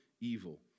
evil